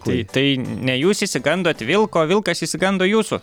tai tai ne jūs išsigandot vilko vilkas išsigando jūsų